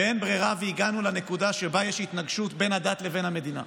שאין ברירה והגענו לנקודה שבה יש התנגשות בין הדת לבין המדינה.